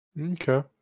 okay